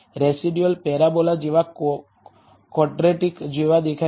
residual parabola જેવા quadratic જેવા દેખાય છે